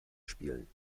spielen